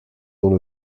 dont